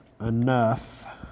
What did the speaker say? enough